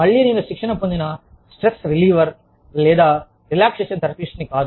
మళ్ళీ నేను శిక్షణ పొందిన స్ట్రెస్ రిలీవర్ లేదా రిలాక్సేషన్ థెరపిస్ట్ కాదు